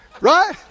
Right